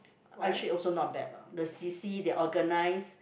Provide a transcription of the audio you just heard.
actually also not bad lah the C_C they organise